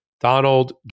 Donald